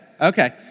Okay